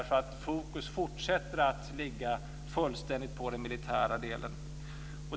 Fokus fortsätter att ligga helt på den militära delen.